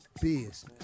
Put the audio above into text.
business